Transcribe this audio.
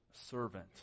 servant